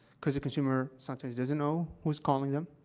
because the consumer sometimes doesn't know who's calling them.